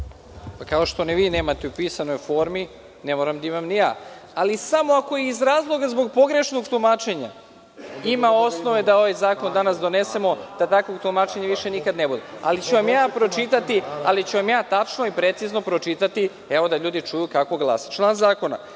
Pa, kao što ni vi nemate u pisanoj formi, ne moram da imam ni ja, ali samo ako iz razloga zbog pogrešnog tumačenja ima osnova da ovaj zakon danas donesemo, da takvog tumačenja više nikad ne bude. Evo, sada ću tačno i precizno pročitati, evo, da ljudi čuju kako glasi član zakona. Član